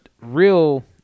real